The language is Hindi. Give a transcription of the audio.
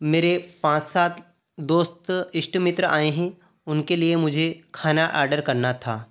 मेरे पाँच सात दोस्त इष्ट मित्र आए है उनके लिए मुझे खाना आर्डर करना था